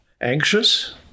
anxious